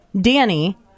Danny